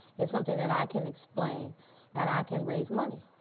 it's something that i can explain and i can raise money.